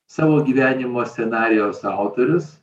savo gyvenimo scenarijaus autorius